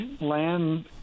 land